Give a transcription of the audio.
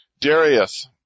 Darius